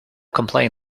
complain